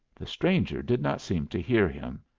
the stranger did not seem to hear him.